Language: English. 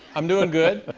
i'm doing good.